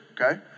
Okay